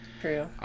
True